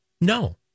No